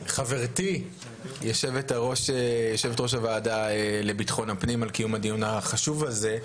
חברתי יושבת-ראש הוועדה לביטחון הפנים על קיום הדיון החשוב הזה.